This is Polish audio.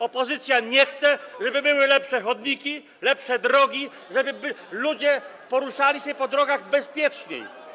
Opozycja nie chce, żeby były lepsze chodniki, lepsze drogi, żeby ludzie poruszali się po drogach bezpieczniej.